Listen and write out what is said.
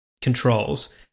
controls